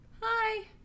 Hi